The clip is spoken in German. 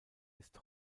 ist